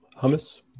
Hummus